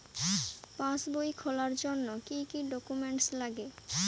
পাসবই খোলার জন্য কি কি ডকুমেন্টস লাগে?